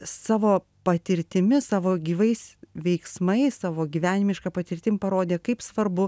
savo patirtimi savo gyvais veiksmais savo gyvenimiška patirtim parodė kaip svarbu